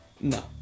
No